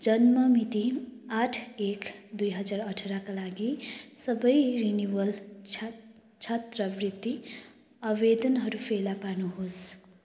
जन्म मिति आठ एक दुई हजार अठारका लागि सबै रिनिवल छा छात्रवृत्ति आवेदनहरू फेला पार्नुहोस्